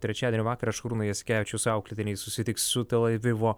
trečiadienio vakarą šarūno jasikevičiaus auklėtiniai susitiks su tel avivo